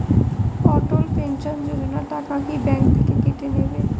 অটল pension Yojana টাকা কি bank থেকে কেটে নেবে?